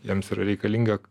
jiems yra reikalinga